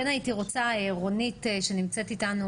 נמצאת איתנו